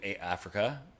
Africa